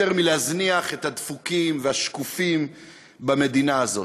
מלהזניח את הדפוקים והשקופים במדינה הזאת,